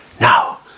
Now